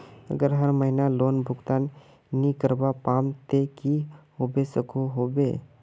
अगर हर महीना लोन भुगतान नी करवा पाम ते की होबे सकोहो होबे?